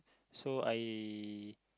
so I